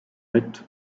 met